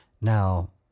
Now